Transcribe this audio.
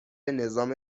نظام